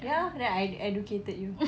ya then I educated you